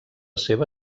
seva